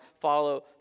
follow